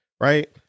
right